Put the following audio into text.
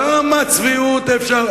כמה צביעות אפשר?